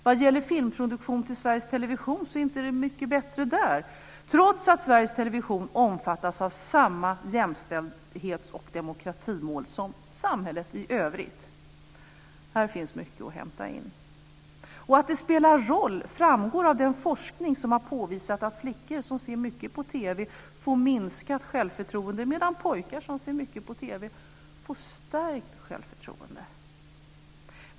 Vad gäller filmproduktion till Sveriges Television är det inte mycket bättre, trots att Sveriges Television omfattas av samma jämställdhets och demokratimål som samhället i övrigt. Här finns mycket att hämta in. Att det spelar roll framgår av den forskning som har påvisat att flickor som ser mycket på TV får minskat självförtroende medan pojkar som ser mycket på TV får stärkt självförtroende.